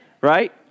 right